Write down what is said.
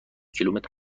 کیلومتر